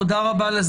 מה זה קשור?